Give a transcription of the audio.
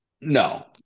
no